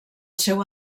seu